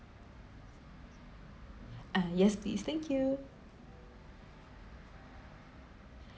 uh yes please thank you